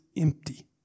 empty